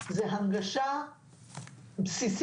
זו הנגשה בסיסית.